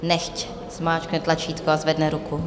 Nechť zmáčkne tlačítko a zvedne ruku.